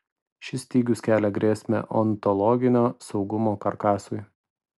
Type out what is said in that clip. šis stygius kelia grėsmę ontologinio saugumo karkasui